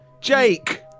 Jake